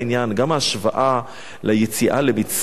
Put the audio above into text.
גם ההשוואה ליציאה למצרים,